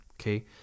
okay